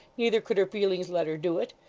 neither could her feelings let her do it.